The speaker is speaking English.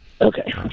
Okay